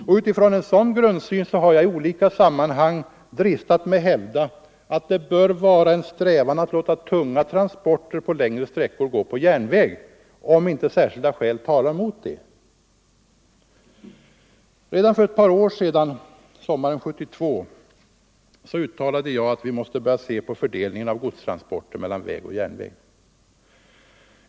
Med utgångspunkt från denna grundsyn har jag i olika sammanhang dristat mig hävda att det bör vara en strävan att låta tunga transporter på längre sträckor gå med järnväg, om inte särskilda skäl talar mot det. Redan för ett par år sedan - sommaren 1972 — uttalade jag att vi måste börja se över fördelningen av godstransporter mellan väg och järnväg.